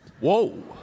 Whoa